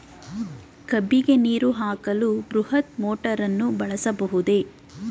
ಕಬ್ಬಿಗೆ ನೀರು ಹಾಕಲು ಬೃಹತ್ ಮೋಟಾರನ್ನು ಬಳಸಬಹುದೇ?